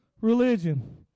religion